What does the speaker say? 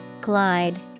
Glide